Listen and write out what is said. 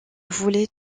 voulais